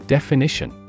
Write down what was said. Definition